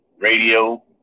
Radio